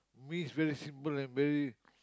me is very simple and very